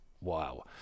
Wow